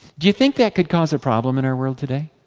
do you think that could cause a problem in our world today?